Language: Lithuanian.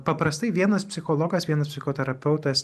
paprastai vienas psichologas vienas psichoterapeutas